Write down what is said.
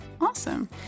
Awesome